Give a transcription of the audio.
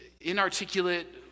inarticulate